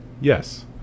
yes